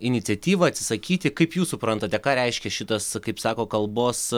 iniciatyvą atsisakyti kaip jūs suprantate ką reiškia šitas kaip sako kalbos